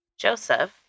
Joseph